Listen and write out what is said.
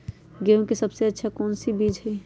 गेंहू के सबसे अच्छा कौन बीज होई?